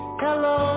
hello